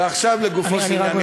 ועכשיו לגופו של עניין.